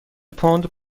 پوند